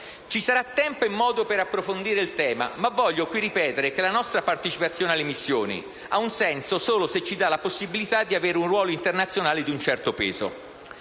Ci sarà tempo e modo per approfondire il tema, ma voglio qui ripetere che la nostra partecipazione alle missioni ha un senso solo se ci dà la possibilità di avere un ruolo internazionale di un certo peso.